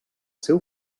seu